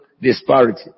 disparity